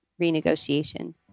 renegotiation